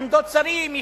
עמדות שרים,